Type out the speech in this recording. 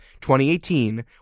2018